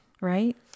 right